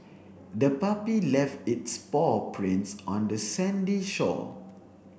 the puppy left its paw prints on the sandy shore